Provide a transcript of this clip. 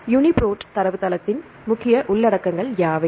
UniProt தரவுத்தளத்தின் முக்கிய உள்ளடக்கங்கள் யாவை